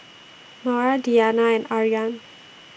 Mawar Diyana and Aryan